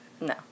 No